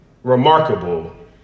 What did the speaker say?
Remarkable